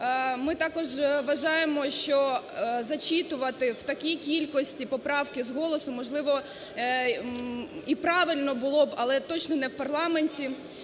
Ми також вважаємо, що зачитувати в такій кількості поправки з голосу, можливо, і правильно було б, але точно не в парламенті.